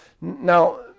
Now